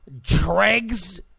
dregs